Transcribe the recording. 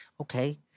okay